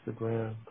instagram